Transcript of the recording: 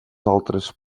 altres